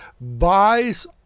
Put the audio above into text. buys